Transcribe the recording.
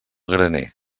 graner